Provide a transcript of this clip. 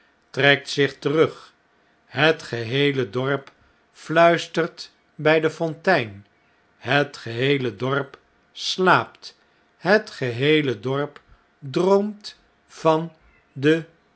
zachte stem trektzichterug het geheele dorp fluistert bg de fontein het geheele dorp slaapt het geheele dorp droomt van den